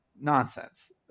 nonsense